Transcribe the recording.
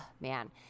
man